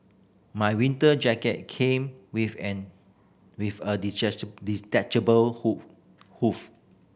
my winter jacket came with an with a detachable hood